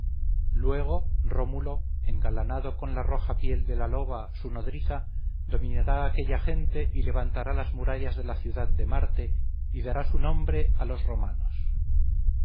luego rómulo engalanado con la roja piel de la loba su nodriza dominará a aquella gente y levantará las murallas de la ciudad de marte y dará su nombre a los romanos